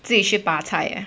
自己去拔菜